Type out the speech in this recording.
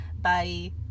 bye